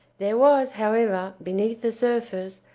there was however, beneath the surface,